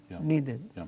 needed